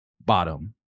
bottom